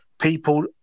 people